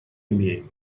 имеем